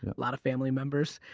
lot of family members.